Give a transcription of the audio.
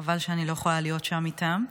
חבל שאני לא יכול להיות שם איתם,